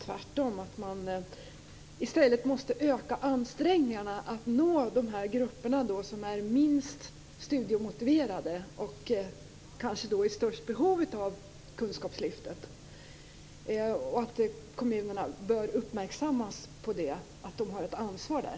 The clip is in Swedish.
Tvärtom måste man öka ansträngningarna att nå de grupper som är minst studiemotiverade och som kanske har störst behov av kunskapslyftet. Kommunerna bör uppmärksammas på att de har ett ansvar där.